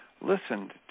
listened